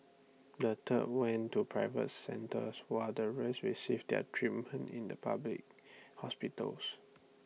third went to private centres while the rest received their treatment in the public hospitals